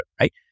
right